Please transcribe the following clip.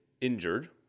injured